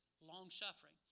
long-suffering